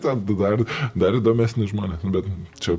tad dar dar įdomesni žmonės bet čia